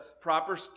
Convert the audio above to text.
proper